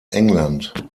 england